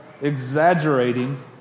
exaggerating